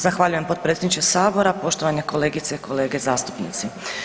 Zahvaljujem potpredsjedniče Sabora, poštovane kolegice i kolege zastupnici.